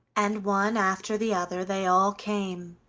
and one after the other they all came,